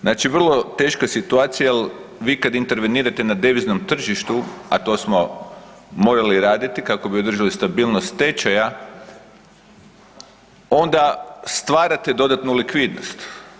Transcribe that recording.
Znači vrlo teška situacija jer vi kad intervenirate na deviznom tržištu, a to smo morali raditi kako bi održali stabilnost tečaja, onda stvarate dodatnu likvidnost.